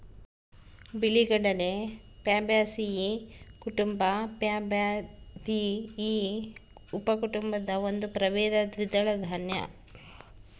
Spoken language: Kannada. ಬಿಳಿಗಡಲೆ ಪ್ಯಾಬೇಸಿಯೀ ಕುಟುಂಬ ಪ್ಯಾಬಾಯ್ದಿಯಿ ಉಪಕುಟುಂಬದ ಒಂದು ಪ್ರಭೇದ ದ್ವಿದಳ ದಾನ್ಯ